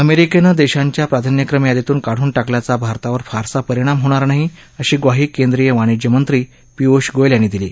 अमेरिकेनं देशांच्या प्राधान्यक्रम यादीतून काढून टाकल्याचा भारतावर फारसा परिणाम होणार नाही अशी ग्वाही केंद्रीय वाणिज्य मंत्री पियूष गोयल यांनी दिली